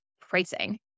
pricing